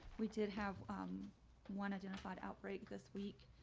we did have um one identified outbreak this week,